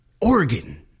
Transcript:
organ